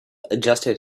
adjusted